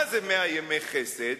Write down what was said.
מה זה מאה ימי חסד.